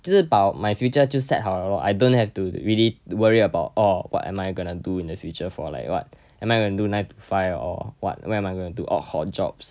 自保 my future 就 set 好了 lor I don't have to really worry about oh what am I gonna do in the future for like what am I gonna do nine to five or what what am I gonna do odd hor jobs